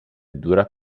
dura